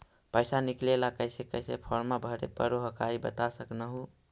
पैसा निकले ला कैसे कैसे फॉर्मा भरे परो हकाई बता सकनुह?